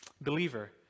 Believer